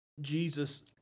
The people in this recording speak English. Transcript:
Jesus